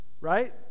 Right